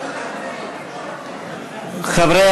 אני